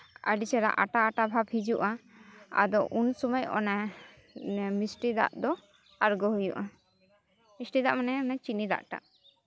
ᱟᱹᱰᱤ ᱪᱮᱦᱨᱟ ᱟᱴᱟ ᱟᱴᱟ ᱵᱷᱟᱵᱽ ᱦᱤᱡᱩᱜᱼᱟ ᱟᱫᱚ ᱩᱱ ᱥᱚᱢᱚᱭ ᱚᱱᱟ ᱢᱤᱥᱴᱤ ᱫᱟᱜ ᱫᱚ ᱟᱬᱜᱚ ᱦᱩᱭᱩᱜᱼᱟ ᱢᱤᱥᱴᱤ ᱫᱟᱜ ᱢᱟᱱᱮ ᱚᱱᱮ ᱪᱤᱱᱤ ᱫᱟᱜ ᱴᱟᱜ